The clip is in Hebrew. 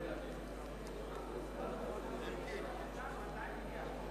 אדוני היושב-ראש, למה שר הביטחון לא עונה?